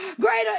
Greater